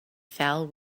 fell